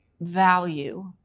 value